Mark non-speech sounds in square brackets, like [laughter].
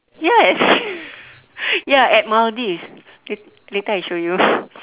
ya [laughs] ya at Maldives late~ later I show you